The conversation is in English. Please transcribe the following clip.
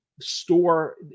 store